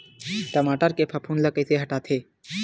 टमाटर के फफूंद ल कइसे हटाथे?